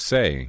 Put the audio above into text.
Say